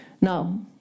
Now